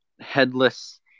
headless